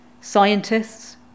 scientists